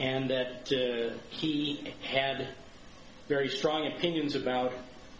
and that kid he had very strong opinions about